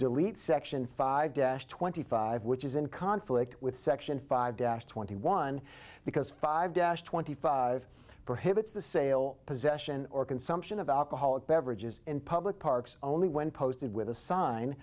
delete section five dash twenty five which is in conflict with section five dash twenty one because five dash twenty five for him it's the sale possession or consumption of alcoholic beverages in public parks only when posted with the sign